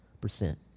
percent